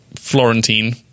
florentine